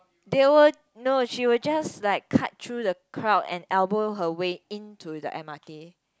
they will no she will just like cut through the crowd and elbow her way into the M_R_T